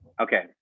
Okay